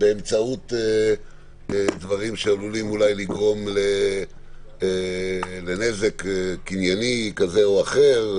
-- באמצעות דברים שעלולים אולי לגרום לנזק קנייני כזה או אחר,